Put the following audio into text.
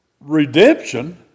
redemption